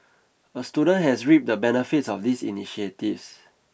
a student has reaped the benefits of these initiatives